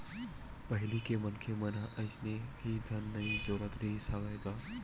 पहिली के मनखे मन ह अइसने ही धन नइ जोरत रिहिस हवय गा